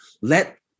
let